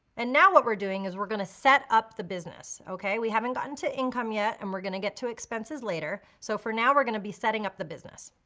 and now what we're doing is we're gonna set up the business, okay? we haven't gotten to income yet and we're gonna get to expenses later. so for now we're gonna be setting up the business.